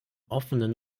offenen